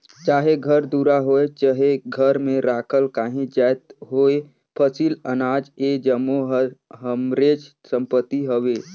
चाहे घर दुरा होए चहे घर में राखल काहीं जाएत होए फसिल, अनाज ए जम्मो हर हमरेच संपत्ति हवे